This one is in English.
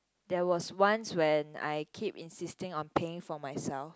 there was once when I keep insisting on paying for myself